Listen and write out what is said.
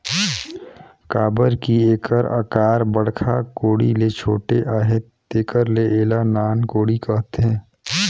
काबर कि एकर अकार बड़खा कोड़ी ले छोटे अहे तेकर ले एला नान कोड़ी कहथे